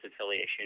affiliation